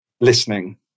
listening